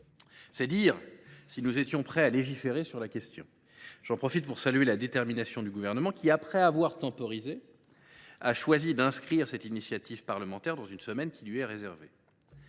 de loi. Nous étions donc prêts à légiférer sur la question. J’en profite pour saluer la détermination du Gouvernement qui, après avoir temporisé, a choisi d’inscrire ce texte d’initiative parlementaire à l’ordre du jour, dans une semaine qui lui est réservée.